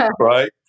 right